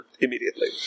immediately